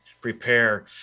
prepare